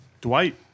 Dwight